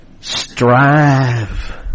Strive